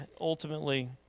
ultimately